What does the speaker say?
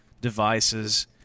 devices